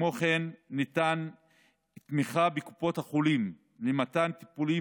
כמו כן ניתנה תמיכה בקופות החולים למתן טיפולים